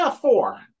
four